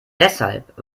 deshalb